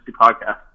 podcast